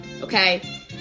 okay